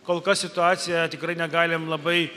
kol kas situacija tikrai negalim labai